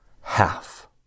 Half